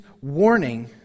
warning